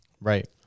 right